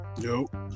Nope